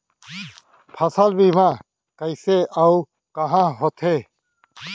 फसल बीमा कइसे अऊ कहाँ होथे?